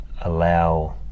allow